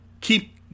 keep